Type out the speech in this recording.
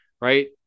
right